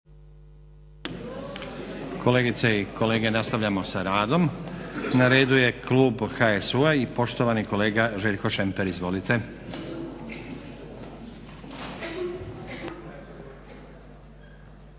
Kolegice i kolege, nastavljamo s radom. Na redu je klub HSU-a i poštovani kolega Željko Šemper. Izvolite.